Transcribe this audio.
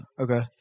Okay